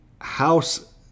House